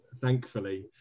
thankfully